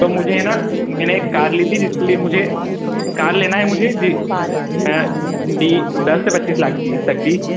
तो मुझे है ना मैंने एक कार ली थी जिसके लिए मुझे कार लेना है मुझे जी बी दस से बत्तीस लाख की तक की